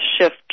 shift